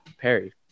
Perry